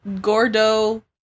Gordo